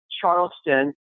Charleston